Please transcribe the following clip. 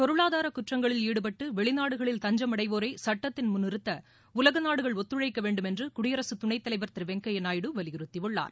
பொருளாதார குற்றங்களில் ஈடுபட்டு வெளிநாடுகளில் தஞ்சம் அடைவோரை சுட்டத்தின் முன் நிறுத்த உலக நாடுகள் ஒத்துழைக்க வேண்டுமென்று குடியரசு துணைத்தலைவர் திரு வெங்கையா நாயுடு வலியுறுத்தியுள்ளார்